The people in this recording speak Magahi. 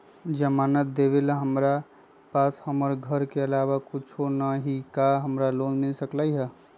जमानत देवेला हमरा पास हमर घर के अलावा कुछो न ही का हमरा लोन मिल सकई ह?